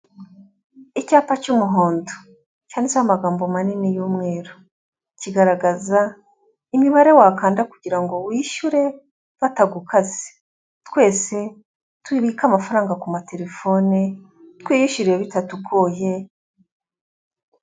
Icyapa cy'umuhondo cyanditseho amagambo manini y'umweru, kigaragaza imibare wakanda kugira ngo wishyure batagukase! Twese tubike amafaranga ku ma telefone, twiyishyurire bitatugoye...